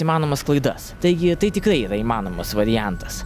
įmanomas klaidas taigi tai tikrai yra įmanomas variantas